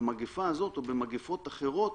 במגפה הזו או במגפות אחרות